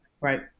Right